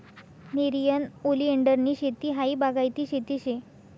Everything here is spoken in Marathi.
नेरियन ओलीएंडरनी शेती हायी बागायती शेती शे